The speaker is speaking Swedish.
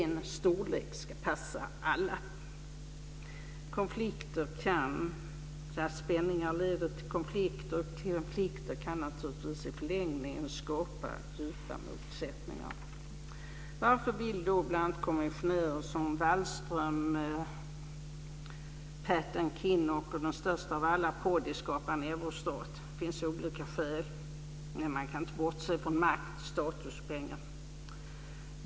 En storlek ska passa alla. Spänningar leder till konflikter. Konflikter kan naturligtvis i förlängningen skapa djupa motsättningar. Varför vill då kommissionärer som Wallström, Patten, Kinnock och, den störste av alla, Prodi skapa en eurostat. Det finns olika skäl, men man kan inte bortse från makt, status och pengar.